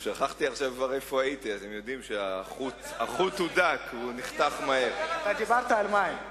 המלצות צוות 100 הימים,